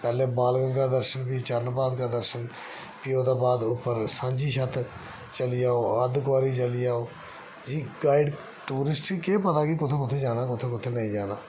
पैहले बाल गंगा दर्शन फ्ही चरण पादुका दर्शन फ्ही ओह्दे बाद उप्पर सांझी छत्त चली जाओ अद्ध कुंवारी चली जाओ गाइड टूरिस्ट गी केह् पता कि कुत्थै कुत्थै जाना कुत्थै कुत्थै नेईं जाना